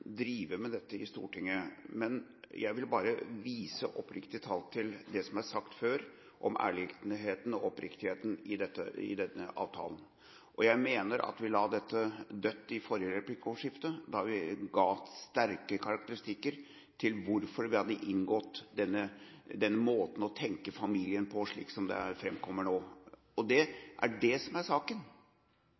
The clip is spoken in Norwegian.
drive med dette i Stortinget, men jeg vil bare oppriktig vise til det som er sagt før om ærligheten og oppriktigheten i denne avtalen. Jeg mener at vi la dette dødt i forrige replikkordskifte, da vi ga sterke karakteristikker av hvorfor vi hadde blitt enige om denne måten å tenke familie på – slik som det framkommer nå. Det er det som er saken.